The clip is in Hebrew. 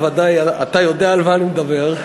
ודאי אתה יודע על מה אני מדבר,